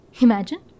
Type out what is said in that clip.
Imagine